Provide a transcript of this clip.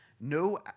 No